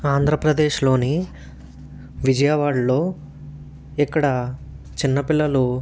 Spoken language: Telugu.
ఆంధ్రప్రదేశ్లోని విజయవాడలో ఇక్కడ చిన్నపిల్లలు